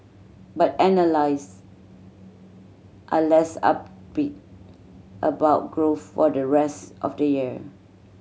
but analyst are less upbeat about growth for the rest of the year